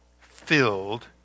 filled